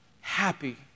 happy